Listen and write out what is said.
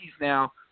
now